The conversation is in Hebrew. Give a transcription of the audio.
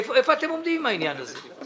איפה אתם עומדים עם העניין הזה?